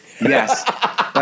Yes